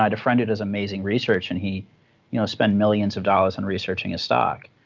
um a friend who does amazing research, and he'd you know spend millions of dollars in researching a stock,